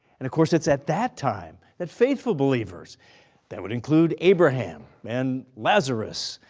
and of course it's at that time that faithful believers that would include abraham and lazarus,